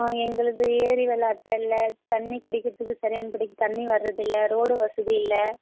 எங்களுது ஏரி வெள்ளாட்டா இல்லை தண்ணி குடிக்கிறதுக்கு சரியான படிக்கு தண்ணி வரது இல்லை ரோடு வசதி இல்லை